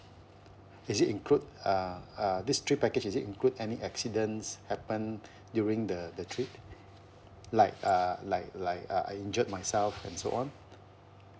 is it include uh uh this trip package is it include any accidents happen during the the trip like uh like like uh I injured myself and so on